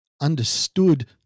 understood